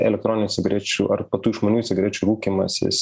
elektroninių cigarečių ar po tų išmaniųjų cigarečių rūkymas jis